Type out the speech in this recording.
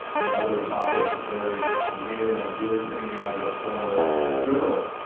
another topic very near and dear to me as a former journalist.